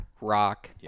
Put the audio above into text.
rock